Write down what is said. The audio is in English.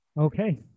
Okay